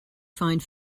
find